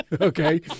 okay